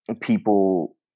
people